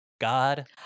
God